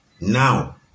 now